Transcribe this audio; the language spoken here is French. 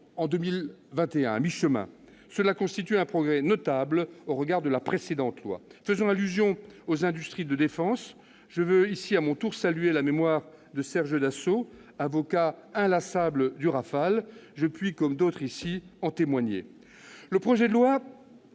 en 2021. Cela constitue un progrès notable au regard de la précédente version. Faisant allusion aux industries de défense, je veux ici, à mon tour, saluer la mémoire de Serge Dassault, avocat inlassable du Rafale- je peux, comme d'autres ici, en témoigner. Le projet de loi